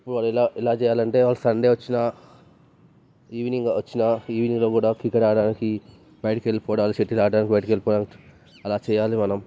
మనం ఎలా ఎలా చేయాలంటే వాళ్ళకి సండే వచ్చినా ఈవినింగ్ వచ్చినా ఈవినింగ్ లోపల క్రికెట్ ఆడడానికి బయటకి వెళ్లిపోవాలి షటిల్ ఆడడానికి బయటకి వెళ్ళిపోవాలి అలా చేయాలి మనం